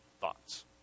thoughts